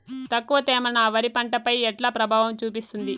తక్కువ తేమ నా వరి పంట పై ఎట్లా ప్రభావం చూపిస్తుంది?